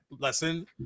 lesson